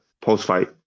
post-fight